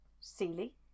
Sealy